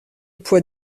poids